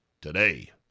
today